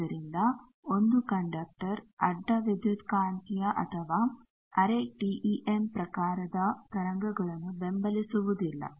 ಆದ್ದರಿಂದ 1 ಕಂಡಕ್ಟರ್ ಅಡ್ಡ ವಿದ್ಯುತ್ಕಾಂತೀಯ ಅಥವಾ ಅರೆ ಟಿಈಎಮ್ ಪ್ರಕಾರದ ತರಂಗಗಳನ್ನು ಬೆಂಬಲಿಸುವುದಿಲ್ಲ